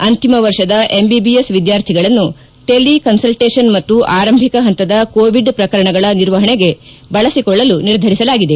ಅಂತಿಮ ವರ್ಷದ ಎಂಬಿಬಿಎಸ್ ವಿದ್ಯಾರ್ಥಿಗಳನ್ನು ಟೆಲಿ ಕನ್ನಲ್ಲೇಷನ್ ಮತ್ತು ಆರಂಭಿಕ ಪಂತದ ಕೋವಿಡ್ ಪ್ರಕರಣಗಳ ನಿರ್ವಹಣೆಗೆ ಬಳಸಿಕೊಳ್ಳಲು ನಿರ್ಧರಿಸಲಾಗಿದೆ